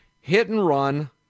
hit-and-run